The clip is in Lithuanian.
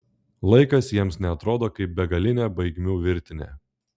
laikas jiems neatrodo kaip begalinė baigmių virtinė